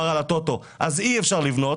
ואז אי אפשר לבנות.